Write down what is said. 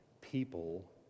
people